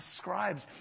scribes